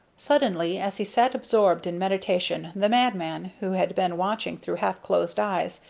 suddenly, as he sat absorbed in meditation, the madman, who had been watching through half-closed eyes,